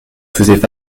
faisaient